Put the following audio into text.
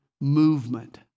movement